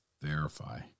verify